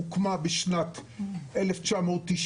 שהוקמה בשנת 1992,